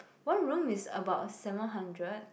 one room is about seven hundred